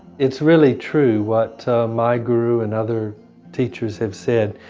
it's really true, what my guru and other teachers have said,